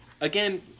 again